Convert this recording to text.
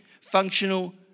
functional